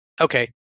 Okay